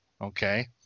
Okay